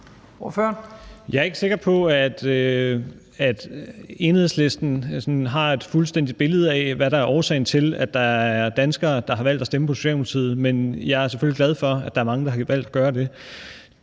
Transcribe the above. Jeg er ikke sikker på, at Enhedslisten har et fuldstændigt billede af, hvad der er årsagen til, at der er danskere, der har valgt at stemme på Socialdemokratiet, men jeg er selvfølgelig glad for, at der er mange, der har valgt at gøre det.